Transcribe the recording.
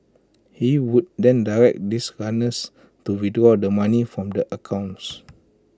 he would then direct this runners to withdraw all the money from the accounts